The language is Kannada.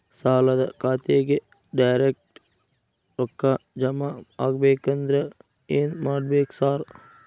ಸಾಲದ ಖಾತೆಗೆ ಡೈರೆಕ್ಟ್ ರೊಕ್ಕಾ ಜಮಾ ಆಗ್ಬೇಕಂದ್ರ ಏನ್ ಮಾಡ್ಬೇಕ್ ಸಾರ್?